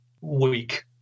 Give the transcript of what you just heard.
week